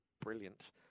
brilliant